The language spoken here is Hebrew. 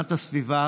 והגנת הסביבה.